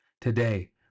Today